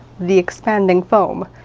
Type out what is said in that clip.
the expanding foam.